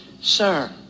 sir